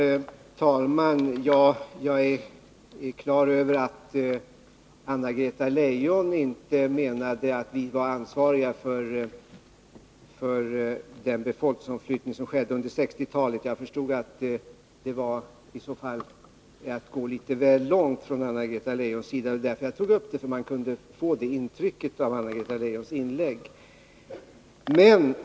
Herr talman! Jag har klart för mig att Anna-Greta Leijon inte menade att vi var ansvariga för den befolkningsomflyttning som skedde under 1960-talet. Det hade varit att gå litet väl långt. Det var därför jag tog upp det, för man kunde få det intrycket av Anna-Greta Leijons inlägg.